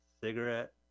Cigarette